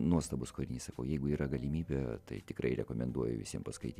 nuostabus kūrinys sakau jeigu yra galimybė tai tikrai rekomenduoju visiem paskaityt